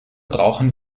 brauchen